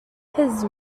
his